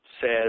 says